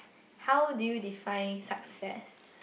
how do you define success